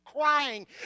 crying